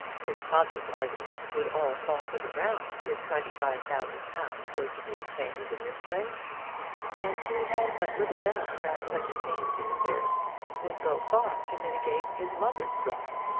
his father's arguments would all fall to the ground if twenty-five thousand pounds were to be obtained in this way and he had but little doubt that such a change in affairs would go far to mitigate his mother's wrath.